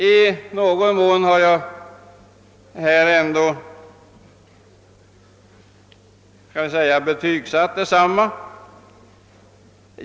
I någon mån har jag ändå här betygsatt detsamma.